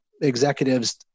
executives